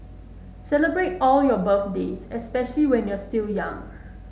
celebrate all your birthdays especially when you're still young